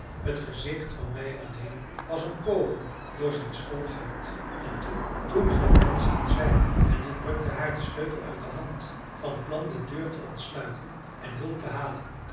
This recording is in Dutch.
het gezicht van mij alleen was een kogel door zijn schuldig hart en toen toen viel nancy in zwijm en ik rukte haar den sleutel uit de hand van plan de deur te ontsluiten en hulp te halen